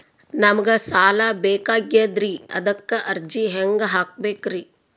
ನಮಗ ಸಾಲ ಬೇಕಾಗ್ಯದ್ರಿ ಅದಕ್ಕ ಅರ್ಜಿ ಹೆಂಗ ಹಾಕಬೇಕ್ರಿ?